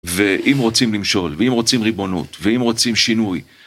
ואם רוצים למשול, ואם רוצים ריבונות, ואם רוצים שינוי.